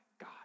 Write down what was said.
God